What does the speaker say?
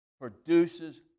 produces